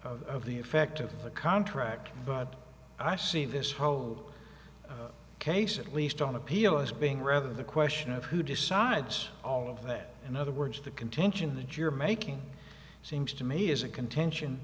of the effect of the contract but i see this whole case at least on appeal as being rather the question of who decides all of that in other words to contention that you're making it seems to me is a contention